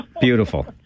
Beautiful